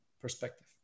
perspective